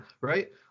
right